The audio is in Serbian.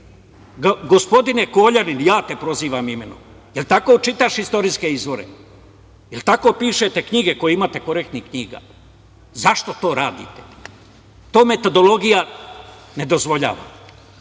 Gospodine Koljanin ja te prozivam imenom. Da li tako čitaš istorijske izvore? Da li tako pišete knjige koje imate korektnih knjiga? Zašto to radite? To metodologija ne dozvoljava.